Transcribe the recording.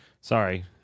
Sorry